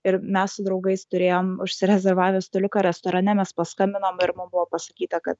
ir mes su draugais turėjom užsirezervavę staliuką restorane mes paskambinom ir mum buvo pasakyta kad